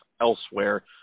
elsewhere